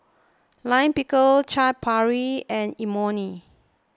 Lime Pickle Chaat Papri and Imoni